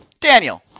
Daniel